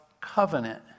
covenant